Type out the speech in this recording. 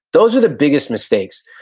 those are the biggest mistakes.